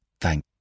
Thank